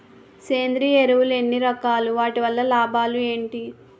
సేంద్రీయ ఎరువులు ఎన్ని రకాలు? వాటి వల్ల లాభాలు ఏంటి?